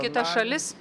kitas šalis